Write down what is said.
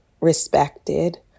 respected